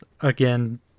again